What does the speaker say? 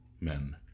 men